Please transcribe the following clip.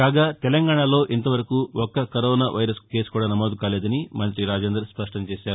కాగా తెలంగాణలో ఇంత వరకు ఒక్క కరోనా వైరస్ కేసు కూడా నమోదు కాలేదని మంతి రాజేందర్ స్పష్టం చేశారు